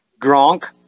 Gronk